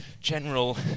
general